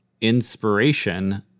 inspiration